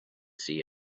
see